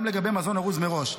גם לגבי מזון ארוז מראש,